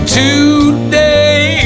today